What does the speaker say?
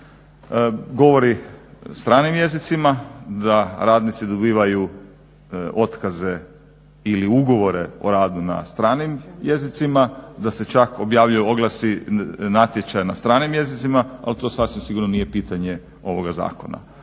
govori stranim jezicima, da radnici dobivaju otkaze ili ugovore o radu na stranim jezicima, da se čak objavljuju oglasi, natječaji na stranim jezicima, ali to sasvim sigurno nije pitanje ovoga zakona.